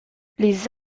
les